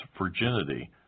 virginity